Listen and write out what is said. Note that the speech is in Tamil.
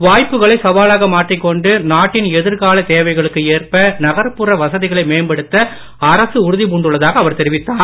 வாய்ப்புகளைசவாலாகமாற்றிக்கொண்டுநாட்டின்எதிர்காலதேவைகளுக்கு ஏற்பநகர்புறவசதிகளைமேம்படுத்தஅரசுஉறுதிபூண்டுள்ளதாகஅவர்தெரி வித்தார்